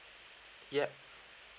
yup